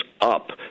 up